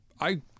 I-